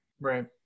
right